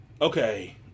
okay